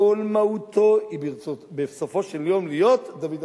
כל מהותו היא בסופו של יום להיות דוד המלך.